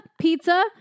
pizza